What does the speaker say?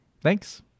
Thanks